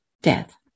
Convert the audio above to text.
death